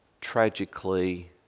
tragically